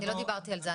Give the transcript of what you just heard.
אני לא דיברתי על זה,